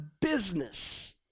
business